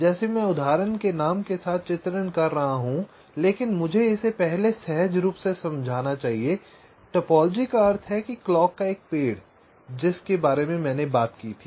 जैसे मैं उदाहरण के नाम के साथ चित्रण कर रहा हूं लेकिन मुझे इसे पहले सहज रूप से समझाना चाहिए टोपोलॉजी का अर्थ है क्लॉक का पेड़ जिस के बारे में मैंने बात की थी